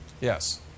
Yes